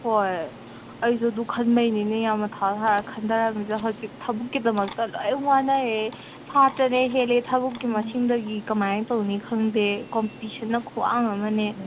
ꯍꯣꯏ ꯑꯩꯁꯨ ꯑꯗꯨ ꯈꯟꯕꯒꯤꯅꯤꯅꯦ ꯌꯥꯝ ꯃꯊꯥ ꯁꯥꯔꯒ ꯈꯟꯊꯔꯝꯃꯤꯁꯦ ꯍꯧꯖꯤꯛ ꯊꯕꯛꯀꯤꯗꯃꯛꯇ ꯂꯣꯏꯅ ꯋꯥꯅꯩꯌꯦ ꯁꯥꯇ꯭ꯔꯅ ꯍꯦꯜꯂꯦ ꯊꯕꯛꯀꯤ ꯃꯁꯤꯡꯗꯒꯤ ꯀꯃꯥꯏꯅ ꯇꯧꯅꯤ ꯈꯪꯗꯦ ꯀꯣꯝꯄꯤꯇꯤꯁꯟꯅ ꯈꯨꯋꯥꯡ ꯑꯃꯅꯦ